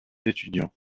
étudiants